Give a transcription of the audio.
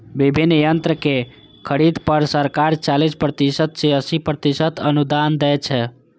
विभिन्न यंत्रक खरीद पर सरकार चालीस प्रतिशत सं अस्सी प्रतिशत अनुदान दै छै